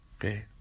okay